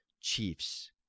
Chiefs